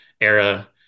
era